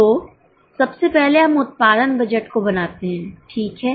तो सबसे पहले हम उत्पादन बजट को बनाते हैं ठीक हैं